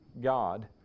God